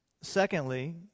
Secondly